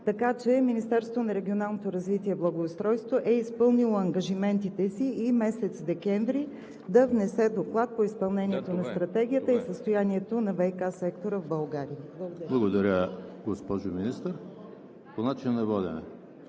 така че Министерството на регионалното развитие и благоустройството е изпълнило ангажиментите си и месец декември да внесе Доклад по изпълнението на Стратегията и състоянието на ВиК сектора в България. Благодаря. ПРЕДСЕДАТЕЛ ЕМИЛ ХРИСТОВ: Благодаря,